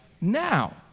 now